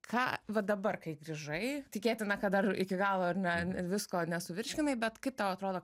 ką va dabar kai grįžai tikėtina kad dar iki galo ar ne visko nesuvirškinai bet kaip tau atrodo